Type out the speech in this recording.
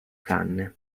canne